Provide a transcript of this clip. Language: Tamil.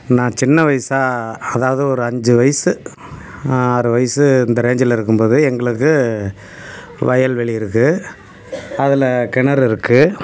நான் சின்ன வயதா அதாவது ஒரு அஞ்சு வயசு ஆறு வயசு இந்த ரேஞ்சில் இருக்கும் போது எங்களுக்கு வயல்வெளி இருக்குது அதில் கிணறு இருக்குது